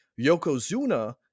Yokozuna